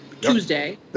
Tuesday